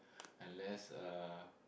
unless uh